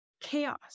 chaos